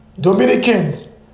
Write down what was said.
Dominicans